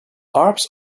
arabs